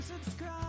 subscribe